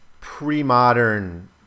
pre-modern